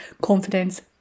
confidence